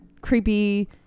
creepy